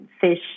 fish